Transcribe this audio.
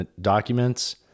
documents